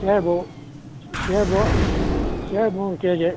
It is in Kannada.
ಸೇಬು ಸೇಬು ಸೇಬು ಒಂದು ಕೆಜಿ